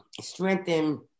strengthen